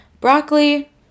broccoli